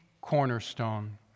cornerstone